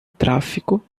tráfico